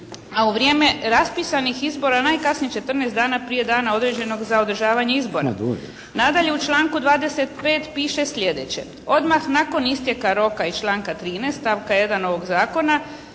a u vrijeme raspisanih izbora najkasnije 14 dana prije dana određenog za održavanje izbora. Nadalje u članku 25. piše sljedeće. Odmah nakon isteka roka iz članka 13. stavka 1. ovog zakona